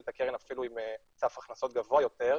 את הקרן אפילו עם סף הכנסות גבוה יותר,